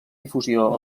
difusió